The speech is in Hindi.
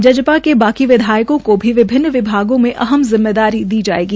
जेजेपी के बाकी विधायकों को भी विभिन्न विभागों में अहम जिम्मेवारी दी जाएगी